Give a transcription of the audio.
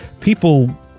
people